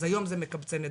אז היום זה מקבצי נדבות,